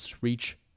reach